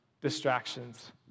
distractions